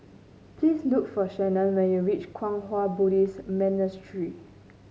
please look for Shannon when you reach Kwang Hua Buddhist Monastery